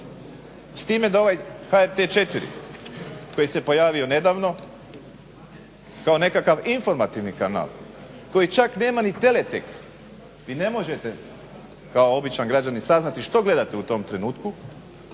S time da ovaj HRT 4 koji se pojavio nedavno kao nekakav informativni kanala koji čak nema ni teletext vi ne možete kao običan građanin saznati što gledate u tom trenutku,